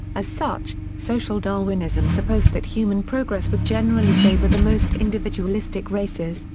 as such, social darwinism supposed that human progress would generally favor the most individualistic races,